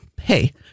hey